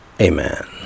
Amen